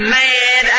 mad